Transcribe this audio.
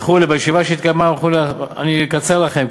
וכו'; אני אקצר לכם,